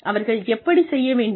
அவர்கள் எப்படி செய்ய வேண்டும்